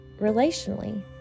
relationally